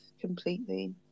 completely